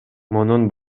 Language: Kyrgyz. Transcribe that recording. мунун